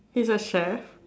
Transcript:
he's a chef